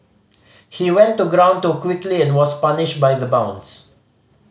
he went to ground too quickly and was punished by the bounce